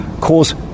cause